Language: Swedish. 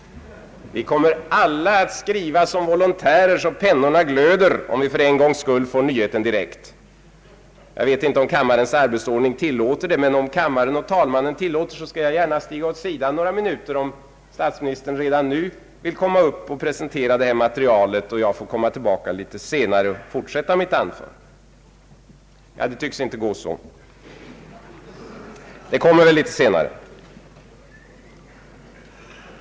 Vi kommer alla att skriva som volontärer, så att pennorna glöder, om vi för en gångs skull får nyheten direkt. Jag vet inte om kammarens arbetsordning tillåter det, men om kammarens ledamöter och talmannen tillåter skall jag gärna stiga åt sidan några minuter, om statsministern redan nu vill gå upp och presentera detta material. Jag kan i så fall komma tillbaka litet senare och fortsätta mitt anförande. Det tycks inte gå så. Det kommer väl litet senare.